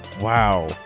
wow